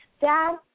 Dad